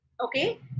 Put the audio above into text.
okay